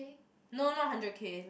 no not hundred K